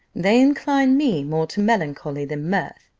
they incline me more to melancholy than mirth,